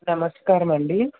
నమస్కారమండి